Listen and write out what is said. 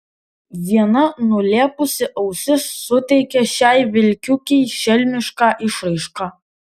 viena nulėpusi ausis suteikia šiai vilkiukei šelmišką išraišką